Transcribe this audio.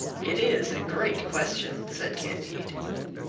it is a great question, said candide.